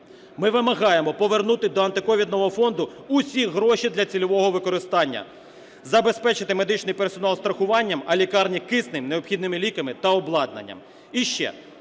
Ми вимагаємо повернути до антиковідного фонду всі гроші для цільового використання, забезпечити медичний персонал страхуванням, а лікарні киснем, необхідними ліками та обладнанням.